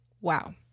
Wow